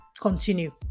continue